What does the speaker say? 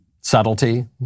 subtlety